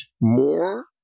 more